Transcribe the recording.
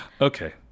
okay